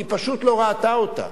היא פשוט לא ראתה אותה.